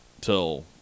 till